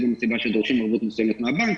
זאת גם הסיבה שדורשים ערבות מסוימת מהבנק,